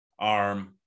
arm